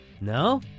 No